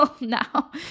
now